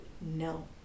No